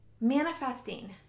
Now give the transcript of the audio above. manifesting